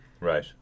Right